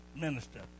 Minister